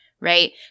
Right